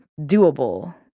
doable